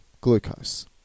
glucose